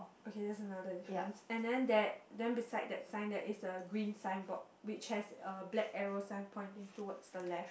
okay that's another difference and then there then beside that sign there is a green signboard which has a black arrow sign pointing towards the left